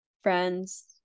friends